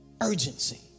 urgency